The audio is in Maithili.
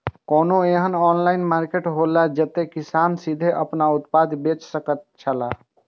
कोनो एहन ऑनलाइन मार्केट हौला जते किसान सीधे आपन उत्पाद बेच सकेत छला?